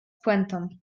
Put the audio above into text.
pointą